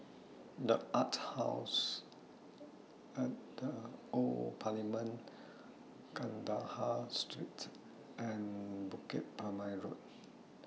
The Arts House At The Old Parliament Kandahar Street and Bukit Purmei Road